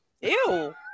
Ew